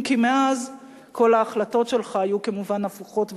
אם כי מאז כל ההחלטות שלך היו כמובן הפוכות ושגויות,